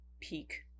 peak